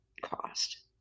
cost